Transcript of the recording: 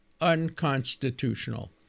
unconstitutional